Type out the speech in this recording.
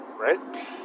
right